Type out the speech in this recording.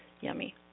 Yummy